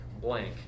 blank